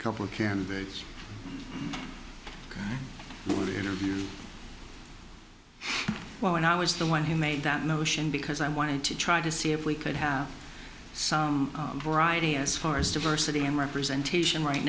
a couple of candidates to interview well and i was the one who made that notion because i wanted to try to see if we could have some variety as far as diversity and representation right